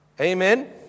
Amen